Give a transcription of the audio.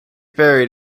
buried